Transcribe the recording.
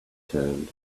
turned